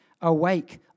Awake